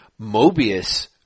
Mobius –